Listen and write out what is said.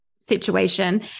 situation